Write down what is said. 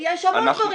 יש המון דברים.